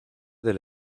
del